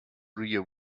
rear